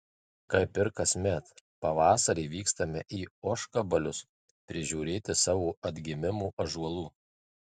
kaip ir kasmet pavasarį vykstame į ožkabalius prižiūrėti savo atgimimo ąžuolų